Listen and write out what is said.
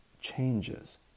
changes